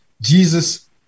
Jesus